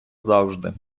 завжди